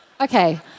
Okay